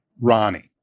Ronnie